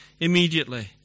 immediately